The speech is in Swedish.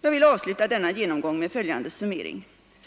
Jag vill avsluta denna genomgång med följande summering.